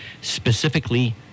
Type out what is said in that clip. specifically